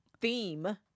theme